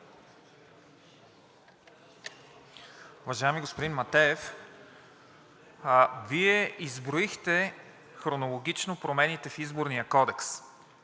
Уважаеми господин Матеев, Вие изброихте хронологично промените в Изборния кодекс.